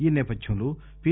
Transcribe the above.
ఈ నేపథ్యంలో పి